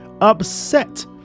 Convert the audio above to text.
upset